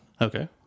Okay